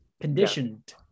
conditioned